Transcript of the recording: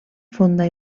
fonda